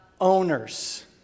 owners